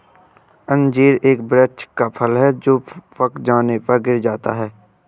अंजीर एक वृक्ष का फल है जो पक जाने पर गिर जाता है